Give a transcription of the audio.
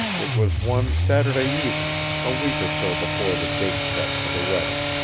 it was one saturday evening, a week or so before the date set for the wedding.